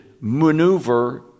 maneuver